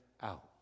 out